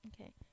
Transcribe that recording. Okay